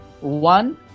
One